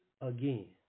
again